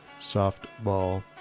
softball